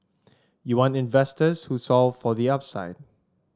you want investors who solve for the upside